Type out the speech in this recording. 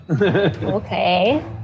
Okay